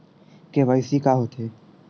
KYC का होथे?